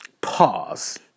pause